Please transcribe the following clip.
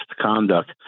conduct